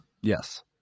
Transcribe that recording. Yes